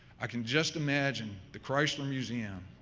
i can just imagine the chrysler museum